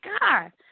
God